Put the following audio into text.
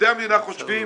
עובדי המדינה חושבים